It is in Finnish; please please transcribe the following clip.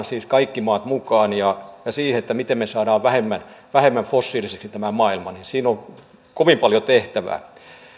siis kaikki maat mukaan ja siinä miten me saamme vähemmän vähemmän fossiiliseksi tämän maailman on kovin paljon tehtävää